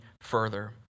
further